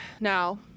Now